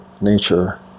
nature